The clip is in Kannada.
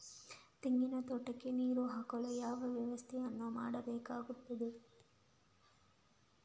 ತೆಂಗಿನ ತೋಟಕ್ಕೆ ನೀರು ಹಾಕಲು ಯಾವ ವ್ಯವಸ್ಥೆಯನ್ನು ಮಾಡಬೇಕಾಗ್ತದೆ?